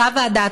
אותה ועדה,